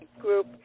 group